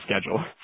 schedule